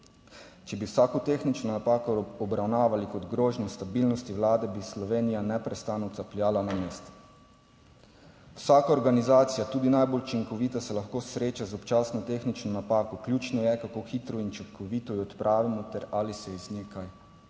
Če bi vsako tehnično napako obravnavali kot grožnjo stabilnosti vlade, bi Slovenija neprestano capljala na mestu. Vsaka organizacija, tudi najbolj učinkovita, se lahko sreča z občasno tehnično napako. Ključno je, kako hitro in učinkovito jo odpravimo ter ali se iz nje